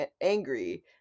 angry